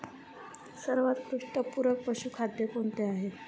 सर्वोत्कृष्ट पूरक पशुखाद्य कोणते आहे?